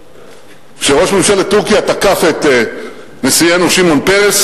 כשראש ממשלת טורקיה תקף את נשיאנו שמעון פרס